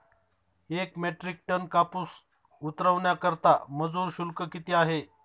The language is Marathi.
एक मेट्रिक टन कापूस उतरवण्याकरता मजूर शुल्क किती आहे?